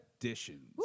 editions